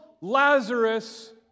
Lazarus